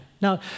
Now